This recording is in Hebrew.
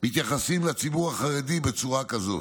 מתייחסים לציבור החרדי בצורה כזאת.